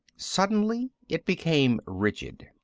suddenly it became rigid.